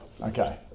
Okay